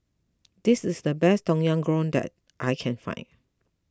this is the best Tom Yam Goong that I can find